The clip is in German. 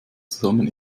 zusammen